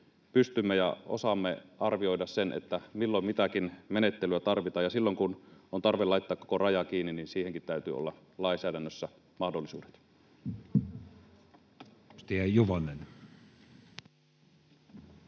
pystymme ja osaamme arvioida sen, milloin mitäkin menettelyä tarvitaan, ja silloin kun on tarve laittaa koko raja kiinni, niin siihenkin täytyy olla lainsäädännössä mahdollisuudet. [Speech